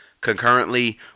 concurrently